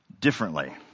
differently